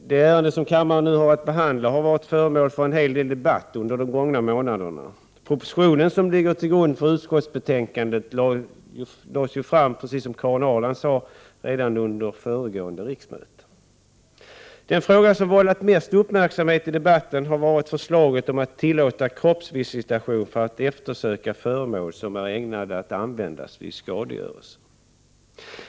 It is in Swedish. Herr talman! Det ärende som kammaren nu har att behandla har varit föremål för en hel del debatt under de gångna månaderna. Propositionen som ligger till grund för utskottsbetänkandet lades ju fram, precis som Karin Ahrland sade, redan under föregående riksmöte. Den fråga som vållat mest uppmärksamhet i debatten har varit förslaget om att tillåta kroppsvisitation för att eftersöka föremål som är ägnade att användas vid skadegörelse.